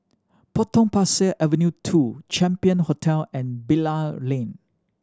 Potong Pasir Avenue Two Champion Hotel and Bilal Lane